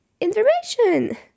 information